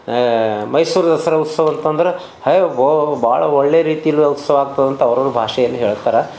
ಮೈಸೂರು ದಸರಾ ಉತ್ಸವ ಅಂತಂದ್ರೆ ಹೈ ಬೊ ಬಹಳ ಒಳ್ಳೆ ರೀತಿಲಿ ಉತ್ಸವ ಆಗ್ತದಂಥ ಅವ್ರ ಅವ್ರ ಭಾಷೆಲಿ ಹೇಳ್ತಾರೆ